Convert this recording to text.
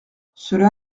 cela